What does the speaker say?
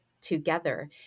together